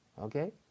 okay